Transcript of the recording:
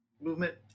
movement